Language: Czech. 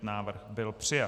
Návrh byl přijat.